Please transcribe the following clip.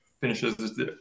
finishes